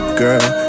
girl